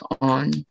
on